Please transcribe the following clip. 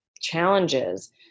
challenges